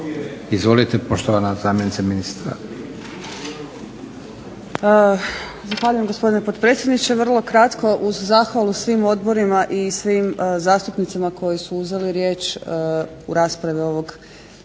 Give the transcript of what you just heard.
Izvolite poštovana zamjenice ministra. **Obradović Mazal, Tamara** Zahvaljujem, gospodine potpredsjedniče. Vrlo kratko, uz zahvalu svim odborima i svim zastupnicima koji su uzeli riječ u raspravi ovog Prijedloga